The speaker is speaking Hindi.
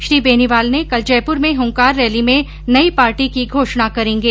श्री बेनीवाल कल जयपूर में हंकार रैली में नई पार्टी की घोषणा करेंगे